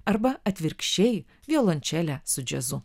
arba atvirkščiai violončelę su džiazu